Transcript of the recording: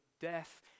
death